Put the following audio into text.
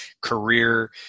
career